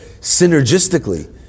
synergistically